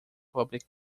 public